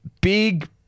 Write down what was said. big